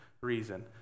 reason